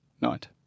night